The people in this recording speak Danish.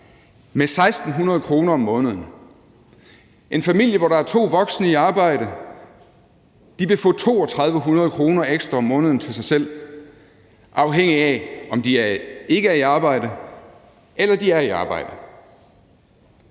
med 1.600 kr. om måneden. En familie, hvor der er to voksne i arbejde, vil få 3.200 kr. ekstra om måneden til sig selv, afhængigt af om de ikke er i arbejde eller de er i arbejde.